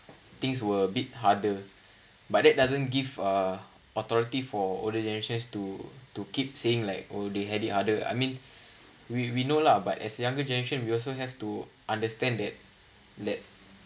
things were a bit harder but that doesn't give a authority for older generations to to keep saying like oh they had it harder I mean we we know lah but as younger generation we also have to understand that that